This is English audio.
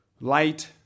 light